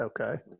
Okay